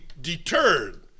deterred